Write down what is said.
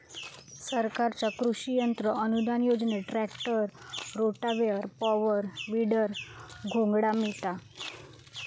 सरकारच्या कृषि यंत्र अनुदान योजनेत ट्रॅक्टर, रोटावेटर, पॉवर, वीडर, घोंगडा मिळता